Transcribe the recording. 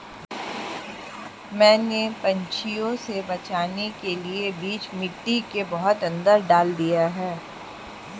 मैंने पंछियों से बचाने के लिए बीज मिट्टी के बहुत अंदर डाल दिए हैं